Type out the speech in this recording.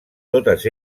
totes